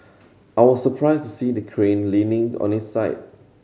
I was surprised to see the crane leaning on its side